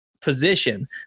position